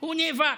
הוא נאבק.